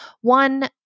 One